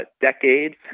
decades